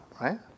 right